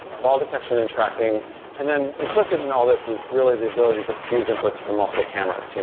ball detection and tracking and then implicit in all this is really the ability to fuse inputs from multiple cameras.